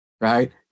right